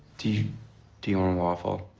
do you do you want a waffle?